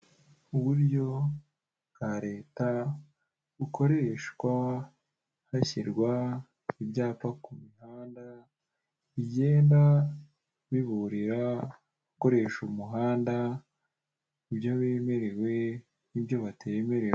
Uburyo bwa leta bukoreshwa hashyirwa ibyapa ku mihanda bigenda biburira gukoresha umuhanda ibyo bemerewe n'ibyo batemerewe.